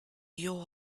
your